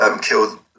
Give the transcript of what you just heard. killed